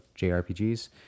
JRPGs